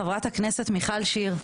חברת הכנסת מיכל שיר,